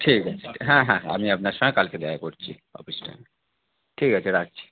ঠিক আছে হ্যাঁ হ্যাঁ হ্যাঁ আমি আপনার সঙ্গে কালকে দেখা করছি অফিস টাইমে ঠিক আছে রাখছি